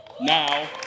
Now